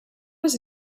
was